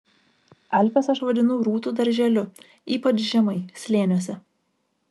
alpes aš vadinu rūtų darželiu ypač žemai slėniuose